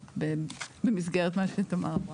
במסגרת מה שתמר אמרה.